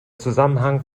zusammenhang